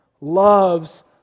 loves